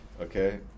okay